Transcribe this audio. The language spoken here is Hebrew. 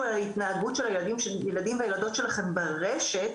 על ההתנהגות של הילדים והילדות שלכם ברשת,